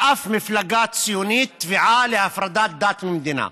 משום מפלגה ציונית תביעה להפרדת דת ומדינה.